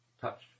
touch